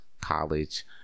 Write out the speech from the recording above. college